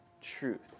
truth